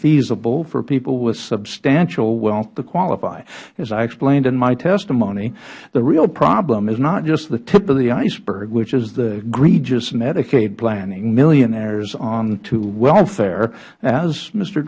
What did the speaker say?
feasible for people with substantial wealth to qualify as i explained in my testimony the real problem is not just the tip of the iceberg which is the egregious medicaid planning millionaires onto welfare as m